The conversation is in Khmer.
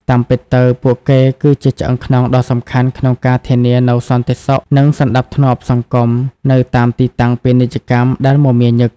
តាមពិតទៅ ពួកគេគឺជាឆ្អឹងខ្នងដ៏សំខាន់ក្នុងការធានានូវសន្តិសុខ និងសណ្តាប់ធ្នាប់សង្គម នៅតាមទីតាំងពាណិជ្ជកម្មដែលមមាញឹក។